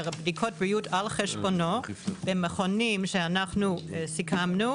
בדיקות בריאות על חשבונו במכונים שאנחנו סיכמנו,